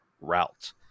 route